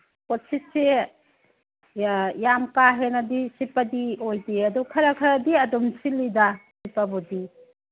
ꯄꯣꯠꯁꯤꯠꯁꯤ ꯌꯥꯝ ꯀꯥ ꯍꯦꯟꯅꯗꯤ ꯁꯤꯠꯄꯗꯤ ꯑꯣꯏꯗꯦ ꯑꯗꯨ ꯈꯔ ꯈꯔꯗꯤ ꯑꯗꯨꯝ ꯁꯤꯠꯂꯤꯗ ꯁꯤꯠꯄꯕꯨꯗꯤ